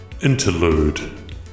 Interlude